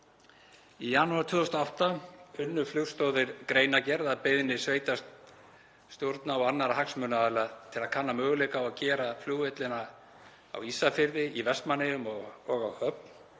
Í janúar 2008 unnu Flugstoðir greinargerð að beiðni sveitarstjórna og annarra hagsmunaaðila til að kanna möguleika á að gera flugvellina á Ísafirði, í Vestmannaeyjum og á Höfn